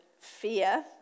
fear